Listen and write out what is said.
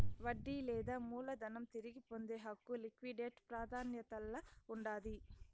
వడ్డీ లేదా మూలధనం తిరిగి పొందే హక్కు లిక్విడేట్ ప్రాదాన్యతల్ల ఉండాది